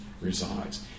resides